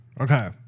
okay